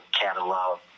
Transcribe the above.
catalog